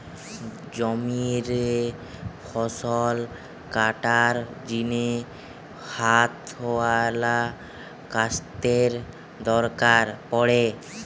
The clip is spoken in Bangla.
জমিরে ফসল কাটার জিনে হাতওয়ালা কাস্তের দরকার পড়ে